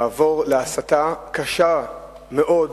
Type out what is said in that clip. לעבור להסתה קשה מאוד,